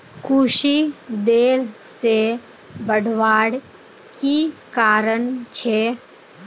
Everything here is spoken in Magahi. कुशी देर से बढ़वार की कारण छे?